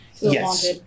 yes